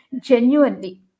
genuinely